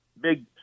big